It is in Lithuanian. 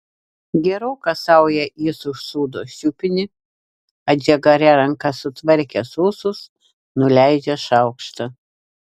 geroka sauja jis užsūdo šiupinį atžagaria ranka sutvarkęs ūsus nuleidžia šaukštą